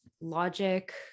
logic